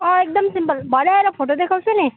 एकदम सिम्पल भरे आएर फोटो देखाउँछु नि